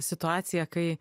situaciją kai